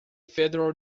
federal